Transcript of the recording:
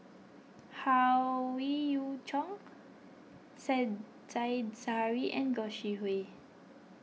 Howe Yoon Chong Said Zahari and Gog Sing Hooi